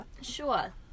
Sure